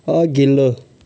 अघिल्लो